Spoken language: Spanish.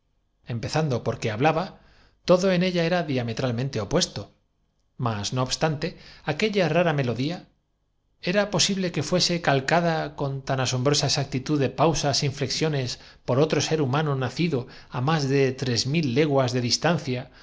por que hablaba todo en ella era como miembros de la familia los cortesanos y la ser diametralmente opuesto mas no obstante aquella vidumbre venían detrás fuerzas de caballería cerra rara melodía era posible que íuese calcada con tan ban la marcha asombrosa exactitud de pausas é inflexiones por otro depuesta la preciosa carga en mitad del patio pre sér humano nacido á más de tres mil leguas de dis